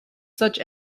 such